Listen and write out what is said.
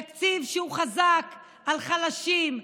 תקציב שהוא חזק על חלשים,